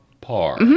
par